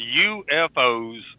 UFOs